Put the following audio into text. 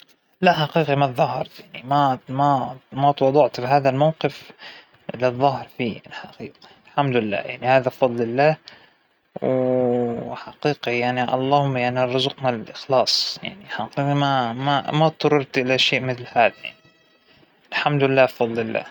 لا ما تظاهرت بالمرض منشان ما أروح المدرسة، لأنى كنت أحب أروح المدرسة، مانى بالشخصية اللى تبى تتهرب من مسؤوليتها أبدا، أنا يوم أتحط بموقع أو أبى أشيل مسؤولية خلاص أنا شلت هاى المسؤولية، ما يعجبنى أتهرب منها أو أمثل إنى مريضة أو إنى أعتذر عن ال إنى أروح لا أنا بتحمل مسؤوليتى كاملة.